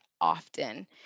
often